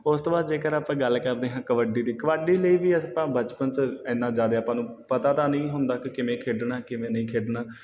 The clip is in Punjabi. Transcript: ਉਸ ਤੋਂ ਬਾਅਦ ਜੇਕਰ ਆਪਾਂ ਗੱਲ ਕਰਦੇ ਹਾਂ ਕਬੱਡੀ ਦੀ ਕਬੱਡੀ ਲਈ ਵੀ ਵੈਸੇ ਤਾਂ ਬਚਪਨ 'ਚ ਇੰਨਾ ਜ਼ਿਆਦਾ ਆਪਾਂ ਨੂੰ ਪਤਾ ਤਾਂ ਨਹੀਂ ਹੁੰਦਾ ਕਿ ਕਿਵੇਂ ਖੇਡਣਾ ਹੈ ਕਿਵੇਂ ਨਹੀਂ ਖੇਡਣਾ